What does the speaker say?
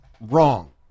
wrong